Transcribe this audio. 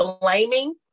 blaming